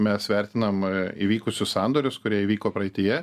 mes vertinam įvykusius sandorius kurie įvyko praeityje